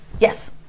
Yes